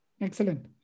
Excellent